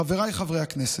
חבריי חברי הכנסת,